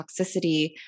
toxicity